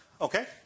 Okay